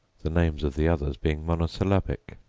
the names of the others being monosyllabic.